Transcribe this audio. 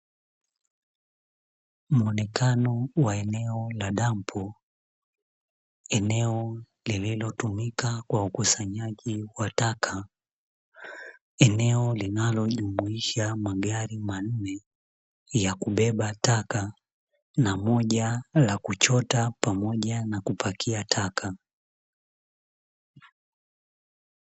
Mwonekano wa eneo la dampo, eneo lililotumika kwa ukusanyaji wa taka; eneo linalojumuisha magari manne yakubeba taka, na moja la kuchota pamoja na kupakia taka.